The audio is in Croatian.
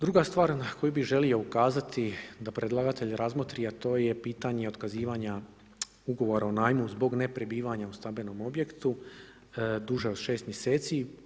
Druga stvar na koju bi želio ukazati da predlagatelj razmotri a to je pitanje otkazivanja ugovora o najmu zbog neprebivanja u stambenom objektu duže od 6 mjeseci.